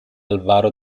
álvaro